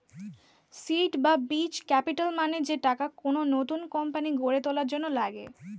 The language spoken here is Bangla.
সীড বা বীজ ক্যাপিটাল মানে যে টাকা কোন নতুন কোম্পানি গড়ে তোলার জন্য লাগে